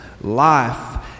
life